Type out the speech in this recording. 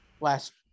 Last